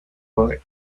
fue